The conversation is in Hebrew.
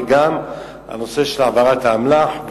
וגם הנושא של העברת האמל"ח.